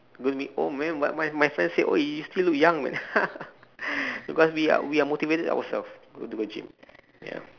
gonna be old man but my my friend said !oi! you still look young because we are we are motivated ourself to go to the gym ya